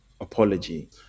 apology